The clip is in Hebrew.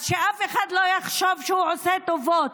אז שאף אחד לא יחשוב שהוא עושה טובות.